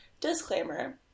Disclaimer